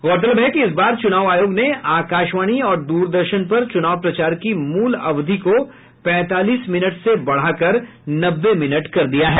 गौरतलब है कि इस बार चुनाव आयोग ने आकाशवाणी और द्रदर्शन पर चुनाव प्रचार की मूल अवधि को पैंतालीस मिनट से बढ़ा कर नब्बे मिनट कर दिया है